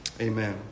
Amen